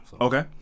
Okay